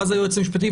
ואז היועץ המשפטי,